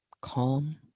calm